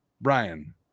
Brian